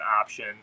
option